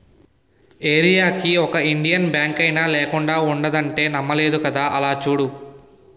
ఏరీయాకి ఒక ఇండియన్ బాంకైనా లేకుండా ఉండదంటే నమ్మలేదు కదా అలా చూడు